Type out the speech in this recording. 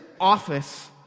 office